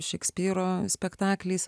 šekspyro spektakliais